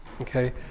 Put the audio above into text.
okay